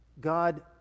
God